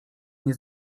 nie